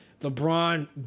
LeBron